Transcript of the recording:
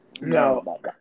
No